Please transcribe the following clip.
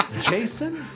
Jason